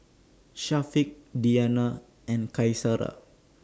Syafiq Diyana and Qaisara